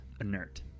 inert